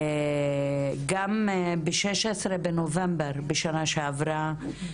גם ב-16 בנובמבר בשנה שעברה,